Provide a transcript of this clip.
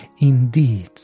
Indeed